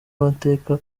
amateka